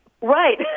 Right